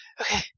Okay